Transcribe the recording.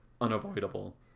unavoidable